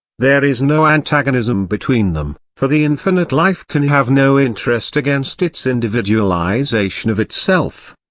there is no antagonism between them, for the infinite life can have no interest against its individualisation of itself.